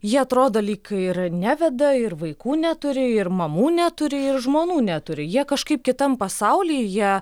jie atrodo lyg ir neveda ir vaikų neturi ir mamų neturi ir žmonų neturi jie kažkaip kitam pasauly jie